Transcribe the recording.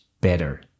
better